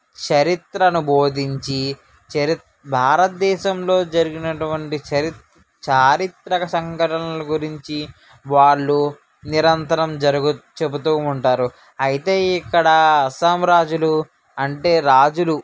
చరిత్రను బోధించి చరి భారతదేశంలో జరిగినటువంటి చరి చారిత్రక సంఘటనలు గురించి వాళ్ళు నిరంతరం జరుగు చెపుతు ఉంటారు అయితే ఇక్కడ అస్సాం రాజులు అంటే రాజులు